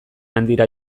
handira